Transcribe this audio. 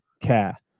care